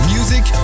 Music